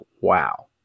wow